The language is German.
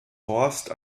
horst